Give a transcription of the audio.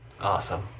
awesome